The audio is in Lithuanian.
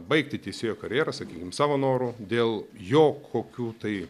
baigti teisėjo karjerą sakykim savo noru dėl jo kokių tai